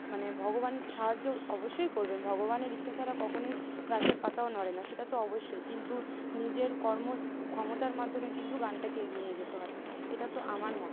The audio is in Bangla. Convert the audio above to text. মানে ভগবান সাহায্য অবশ্যই করবে ভগবানের ইচ্ছা ছাড়া কখনোই গাছের পাতাও নড়ে না সেটা তো অবশ্যই কিন্তু নিজের কর্ম ক্ষমতার মাধ্যমে কিন্তু গানটাকে এগিয়ে নিয়ে যেতে হয় এটাতো আমার মত